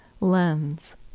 lens